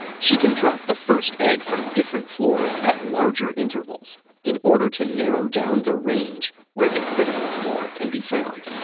she can drop the first egg from different floors at larger intervals in order to narrow down the range where the critical floor can be found.